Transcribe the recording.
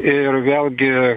ir vėlgi